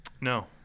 No